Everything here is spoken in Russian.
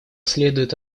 следует